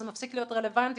זה מפסיק להיות רלבנטי,